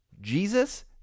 Jesus